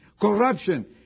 Corruption